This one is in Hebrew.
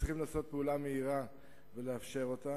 צריכים לעשות פעולה מהירה ולאפשר אותה.